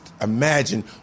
imagine